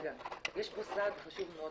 יש פה סעד חשוב מאוד,